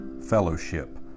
fellowship